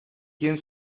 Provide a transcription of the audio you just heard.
quién